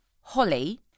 holly